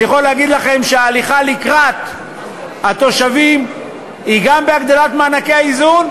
אני יכול להגיד לכם שההליכה לקראת התושבים היא גם בהגדלת מענקי האיזון,